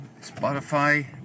Spotify